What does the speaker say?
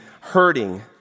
hurting